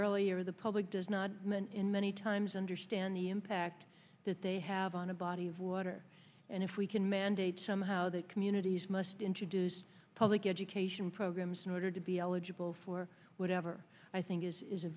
earlier the public does not in many times understand the impact that they have on a body of water and if we can mandate somehow that communities must introduce public education programs in order to be eligible for whatever i think is